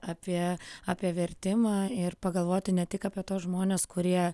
apie apie vertimą ir pagalvoti ne tik apie tuos žmones kurie